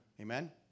Amen